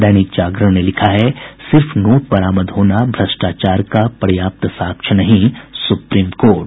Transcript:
दैनिक जागरण ने लिखा है सिर्फ नोट बरामद होना भ्रष्टाचार का पर्याप्त साक्ष्य नहीं सुप्रीम कोर्ट